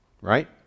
right